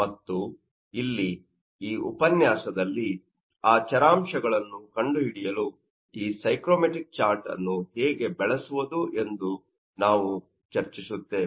ಮತ್ತು ಇಲ್ಲಿ ಈ ಉಪನ್ಯಾಸದಲ್ಲಿ ಆ ಚರಾಂಶಗಳನ್ನು ಕಂಡುಹಿಡಿಯಲು ಸೈಕೋಮೆಟ್ರಿಕ್ ಚಾರ್ಟ್ ಅನ್ನು ಹೇಗೆ ಬಳಸುವುದು ಎಂದು ನಾವು ಚರ್ಚಿಸುತ್ತೇವೆ